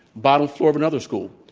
bottom floor of another school.